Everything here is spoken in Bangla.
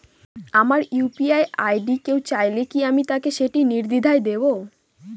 আমার ইউ.পি.আই আই.ডি কেউ চাইলে কি আমি তাকে সেটি নির্দ্বিধায় দেব?